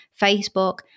facebook